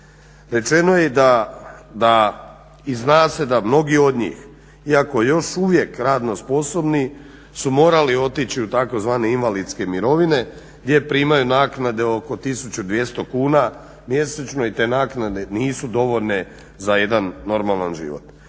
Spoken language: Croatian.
Rečeno je i da i zna se da i mnogi od njih iako još uvijek radno sposobni su morali otići u tzv. invalidske mirovine gdje primaju naknade oko 1200 kuna mjesečno i te naknade nisu dovoljne za jedan normalan život.